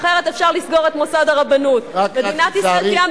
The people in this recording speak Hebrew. אחרת אפשר לסגור את מוסד הרבנות, רק תיזהרי.